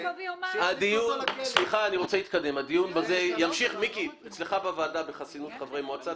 הדיון ימשיך אצלך בוועדה בחסינות חברי מועצה.